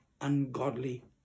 ungodly